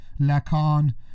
Lacan